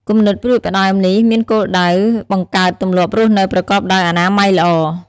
គំនិតផ្តួចផ្តើមនេះមានគោលដៅបង្កើតទម្លាប់រស់នៅប្រកបដោយអនាម័យល្អ។